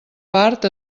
part